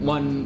One